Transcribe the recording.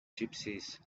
gypsies